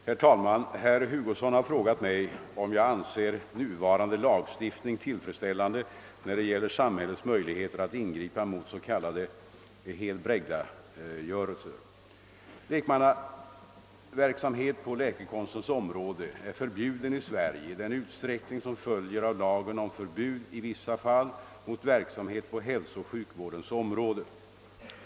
Herr talman! Herr Hugosson har frågat mig om jag anser nuvarande lagstiftning tillfredsställande när det gäller samhällets möjligheter att ingripa mot s.k. helbrägdagörelse. Lekmannaverksamhet på läkekonstens område är förbjuden i Sverige i den utsträckning som följer av lagen om förbud i vissa fall mot verksamhet på hälsooch sjukvårdens område.